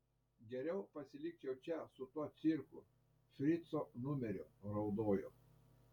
geriau pasilikčiau čia su tuo cirku frico numeriu raudojo